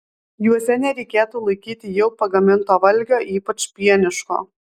juose nereikėtų laikyti jau pagaminto valgio ypač pieniško